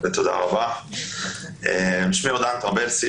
שמי אורדן טרבלסי,